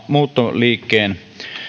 muuttoliikkeen